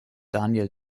daniel